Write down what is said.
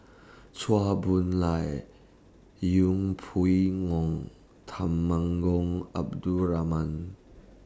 Chua Boon Lay Yeng Pway Ngon Temenggong Abdul Rahman